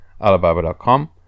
alibaba.com